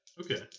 Okay